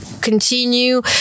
continue